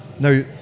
Now